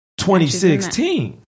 2016